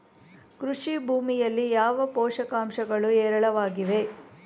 ಕೃಷಿ ಭೂಮಿಯಲ್ಲಿ ಯಾವ ಪೋಷಕಾಂಶಗಳು ಹೇರಳವಾಗಿವೆ?